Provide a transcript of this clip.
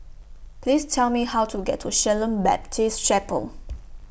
Please Tell Me How to get to Shalom Baptist Chapel